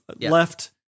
left